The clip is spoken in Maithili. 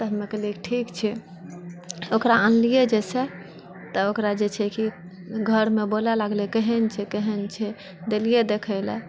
तऽ हमे कहलियै ठीक छै ओकरा आनलियै जाहिसँ तऽ ओकरा जे छै कि घरमे बोलय लागले केहन छै केहन छै देलियै देखैले